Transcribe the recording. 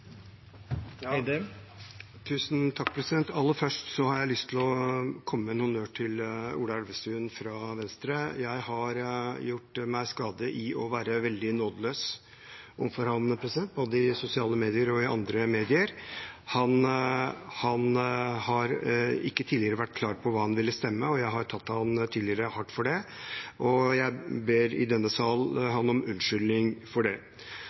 Aller først har jeg lyst til å gi honnør til Ola Elvestuen fra Venstre. Jeg har kommet i skade for å være veldig nådeløs overfor ham, både i sosiale medier og i andre medier. Han har ikke tidligere vært klar på hva han ville stemme, og jeg har tatt ham hardt for det. Jeg ber ham i denne sal om unnskyldning for det.